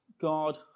God